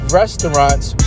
restaurants